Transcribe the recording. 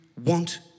want